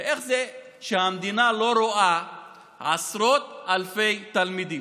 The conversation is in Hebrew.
איך זה שהמדינה לא רואה עשרות אלפי תלמידים?